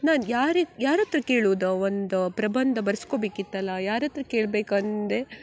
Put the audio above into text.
ನಾನು ಯಾರಿಗೆ ಯಾರ ಹತ್ರ ಕೇಳುದು ಒಂದು ಪ್ರಬಂಧ ಬರೆಸ್ಕೊಬೇಕಿತ್ತಲ್ಲ ಯಾರ ಹತ್ರ ಕೇಳ್ಬೇಕಂದು